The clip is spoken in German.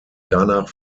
danach